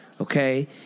Okay